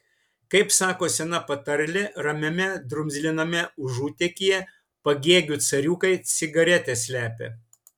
kaip sako sena patarlė ramiame drumzliname užutėkyje pagėgių cariukai cigaretes slepia